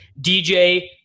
DJ